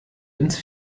ins